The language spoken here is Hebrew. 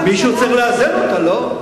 מישהו צריך לאזן אותה, לא?